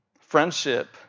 Friendship